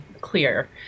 clear